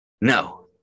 No